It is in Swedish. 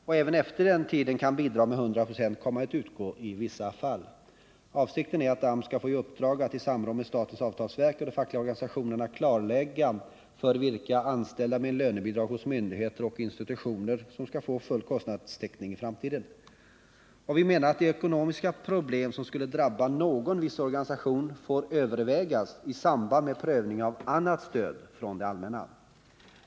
Och även efter den tiden kan bidrag med 100 96 komma att utgå i vissa fall. Avsikten är ju att AMS skall få i uppdrag att i samråd med statens avtalsverk och de fackliga organisationerna klarlägga för vilka anställda med lönebidrag som myndigheter och institutioner skall få full kostnadstäckning i framtiden. Vi menar att de ekonomiska problem som skulle kunna drabba någon viss organisation får övervägas i samband med prövningen av annat stöd från det allmänna.